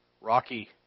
rocky